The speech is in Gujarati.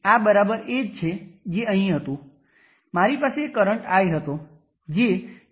તેથી આપણી પાસે માઇનસ 0